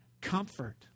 comfort